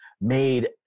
made